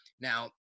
Now